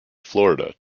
florida